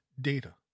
data